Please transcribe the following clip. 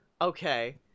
Okay